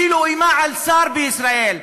שאפילו איימה על שר בישראל,